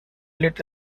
lit